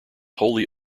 wholly